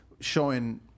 showing